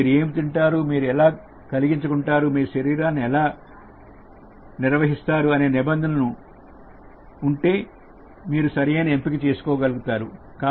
మీరు ఏమి తింటారు మీరు ఎలా కలిగించుకుంటారు మీ శరీరాన్ని ఎలా నిర్వహిస్తారు అనే నిబంధనను ఉంటే మీరు సరైన ఎంపిక లు చేసుకో గలుగుతారు